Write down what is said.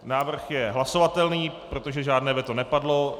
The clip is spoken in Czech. Návrh je hlasovatelný, protože žádné veto nepadlo.